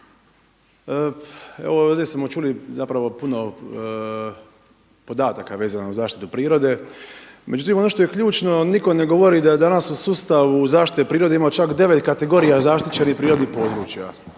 Ovdje smo čuli zapravo puno podataka vezano uz zaštitu prirode, međutim ono što je ključno nitko ne govori da danas u sustavu u zaštiti prirode ima čak 9 kategorija zaštićenih prirodnih područja,